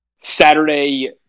Saturday